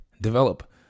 develop